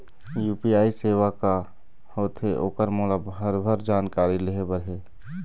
UPI सेवा का होथे ओकर मोला भरभर जानकारी लेहे बर हे?